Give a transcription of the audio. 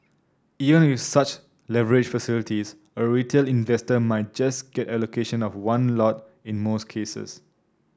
even with such leverage facilities a retail investor might just get allocation of one lot in most cases